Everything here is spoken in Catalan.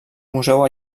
museu